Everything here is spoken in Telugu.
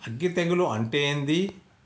అగ్గి తెగులు అంటే ఏంది?